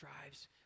drives